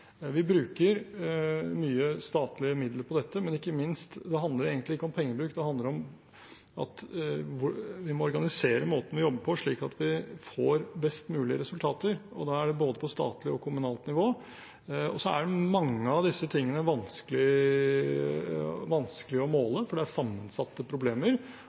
Vi bruker mye statlige midler på dette, men det handler egentlig ikke om pengebruk; det handler om at vi må organisere måten vi jobber på slik at vi får best mulig resultater, både på statlig og på kommunalt nivå. Mange av disse tingene er vanskelige å måle, for det er sammensatte problemer,